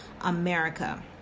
America